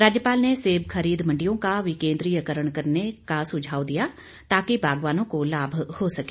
राज्यपाल ने सेब खरीद मंडियों का विकेंद्रीयकरण करने का सुझाव दिया ताकि बागवानों को लाभ हो सके